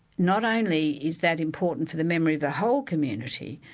not only is that important for the memory of the whole community,